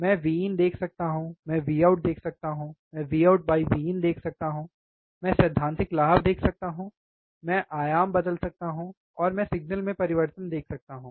मैं Vin देख सकता हूं मैं Vout देख सकता हूं मैं VoutVin देख सकता हूं मैं सैद्धांतिक लाभ देख सकता हूं मैं आयाम बदल सकता हूं और मैं सिग्नल में परिवर्तन देख सकता हूं